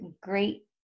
great